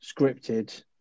scripted